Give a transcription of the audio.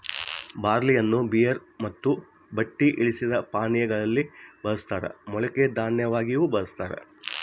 ಬಾರ್ಲಿಯನ್ನು ಬಿಯರ್ ಮತ್ತು ಬತ್ತಿ ಇಳಿಸಿದ ಪಾನೀಯಾ ಗಳಲ್ಲಿ ಬಳಸ್ತಾರ ಮೊಳಕೆ ದನ್ಯವಾಗಿಯೂ ಬಳಸ್ತಾರ